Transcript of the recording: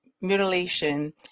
mutilation